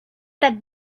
that